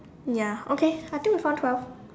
ya okay I think we found twelve